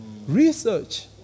research